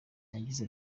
yagize